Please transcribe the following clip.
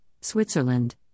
Switzerland